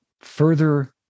further